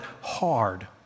hard